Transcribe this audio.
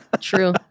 true